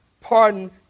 pardon